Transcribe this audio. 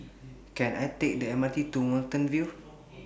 Can I Take The M R T to Watten View